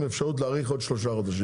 עם אפשרות להאריך עוד שלושה חודשים,